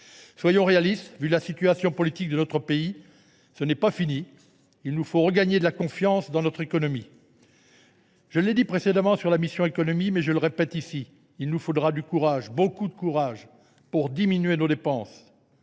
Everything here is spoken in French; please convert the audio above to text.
Soyons réalistes : au regard de la situation politique de notre pays, ce n’est pas fini ! Il nous faut regagner de la confiance dans notre économie. Je l’ai indiqué lors de l’examen de la mission « Économie », je le répète : il nous faut du courage, beaucoup de courage, pour diminuer nos dépenses